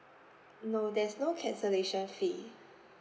no there's no cancellation fee